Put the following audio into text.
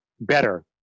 better